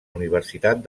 universitat